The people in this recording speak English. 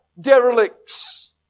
derelicts